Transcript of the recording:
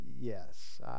yes